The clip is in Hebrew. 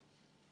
אומר כך: